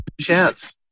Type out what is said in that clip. chance